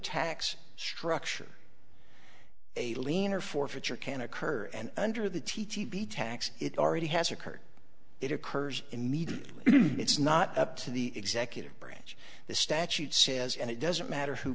tax structure a leaner forfeiture can occur and under the t g v tax it already has occurred it occurs immediately it's not up to the executive branch the statute says and it doesn't matter who